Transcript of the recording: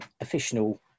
official